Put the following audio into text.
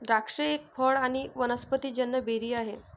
द्राक्ष एक फळ आणी वनस्पतिजन्य बेरी आहे